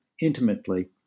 intimately